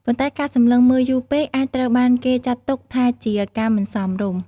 ប៉ុន្តែការសម្លឹងមើលយូរពេកអាចត្រូវបានគេចាត់ទុកថាជាការមិនសមរម្យ។